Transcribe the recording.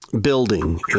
building